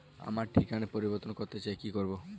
আমার ঠিকানা পরিবর্তন করতে চাই কী করব?